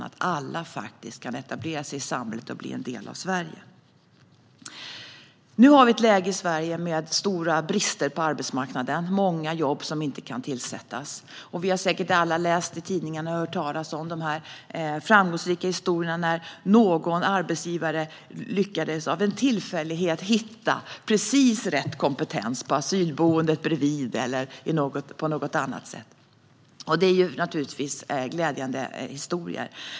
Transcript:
Alla ska kunna etablera sig i samhället och bli en del av Sverige. Nu har vi ett läge i Sverige med stora brister på arbetsmarknaden. Det finns många jobb som inte kan tillsättas. Vi har säkert alla läst i tidningarna och hört talas om framgångshistorier där någon arbetsgivare av en tillfällighet lyckades hitta precis rätt kompetens på ett asylboende eller på något annat sätt. Det är naturligtvis glädjande historier.